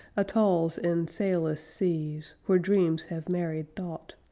atolls in sailless seas, where dreams have married thought.